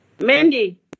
Mandy